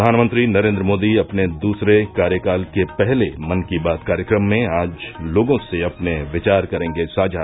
प्रधानमंत्री नरेंद्र मोदी अपने दूसरे कार्यकाल के पहले मन की बात कार्यक्रम में आज लोगों से अपने विचार करेंगे साझा